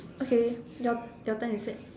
okay your turn you said